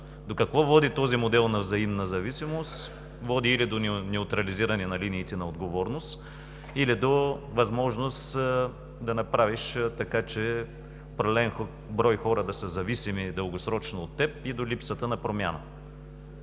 До какво води този модел на взаимна зависимост? Води или до неутрализиране на линиите на отговорност, или до възможност да направиш така, че определен брой хора да са зависими дългосрочно от теб и до липсата на промяна.